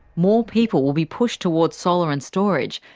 more people will be pushed towards solar and storage,